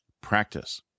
Practice